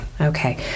Okay